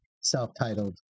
self-titled